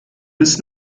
bis